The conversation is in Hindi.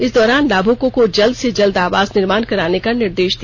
इस दौरान लाभुकों को जल्द से जल्द आवास निर्माण कराने का निर्देश दिया